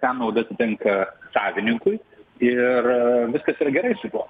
ten nauda atitenka savininkui ir viskas yra gerai su tuo